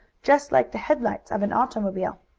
just like the headlights of an automobile.